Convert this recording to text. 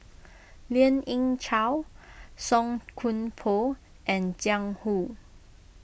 Lien Ying Chow Song Koon Poh and Jiang Hu